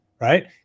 Right